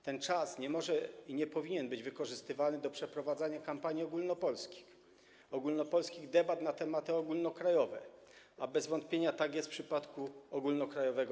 Ten czas nie może ani nie powinien być wykorzystywany do przeprowadzania kampanii ogólnopolskich, ogólnopolskich debat na tematy ogólnokrajowe, a bez wątpienia tak jest w przypadku referendum ogólnokrajowego.